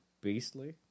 beastly